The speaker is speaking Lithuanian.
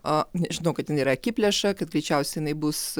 a nežinau kad jinai yra akiplėša kad greičiausiai jinai bus